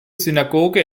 synagoge